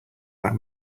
that